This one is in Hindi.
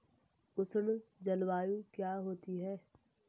उष्ण जलवायु क्या होती है?